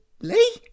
Lee